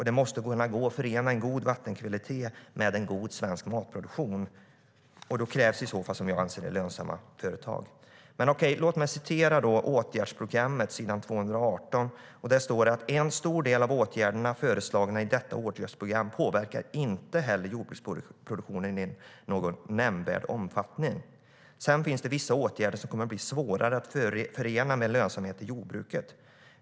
Det måste kunna gå att förena god vattenkvalitet med en god svensk matproduktion. Då krävs lönsamma företag, som jag ser det. Låt mig citera från s. 218 i åtgärdsprogrammet: "En stor del av åtgärderna föreslagna i detta åtgärdsprogram påverkar inte heller jordbruksproduktionen i någon nämnvärd omfattning. Sedan finns det vissa åtgärder som kommer att bli svårare att förena med lönsamhet i jordbruket.